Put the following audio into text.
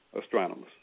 astronomers